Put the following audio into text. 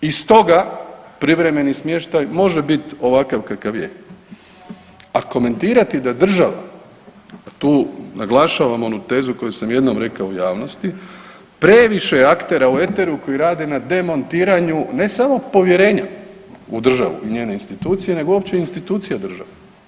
I stoga privremeni smještaj može biti ovakav kakav je, a komentirati da država, tu naglašavam onu tezu koju sam jednom rekao u javnosti, previše je aktera u eteru koji rade na demontiranju ne samo povjerenja u državu i njene institucije nego uopće institucija države.